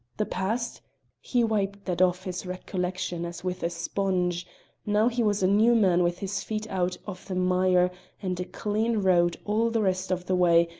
the past he wiped that off his recollection as with a sponge now he was a new man with his feet out of the mire and a clean road all the rest of the way,